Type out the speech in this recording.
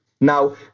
now